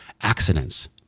Accidents